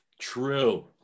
true